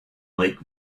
lake